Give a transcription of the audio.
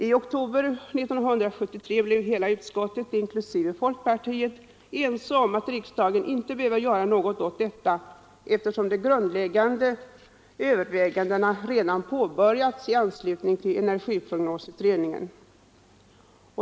I oktober 1973 blev hela utskottet, inklusive folkpartiets företrädare, ense om att riksdagen inte behöver göra någonting åt detta, eftersom de grundläggande övervägandena redan påbörjats i anslutning till energiprognosutredningen.